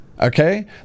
okay